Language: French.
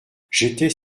j’étais